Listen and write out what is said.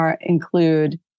include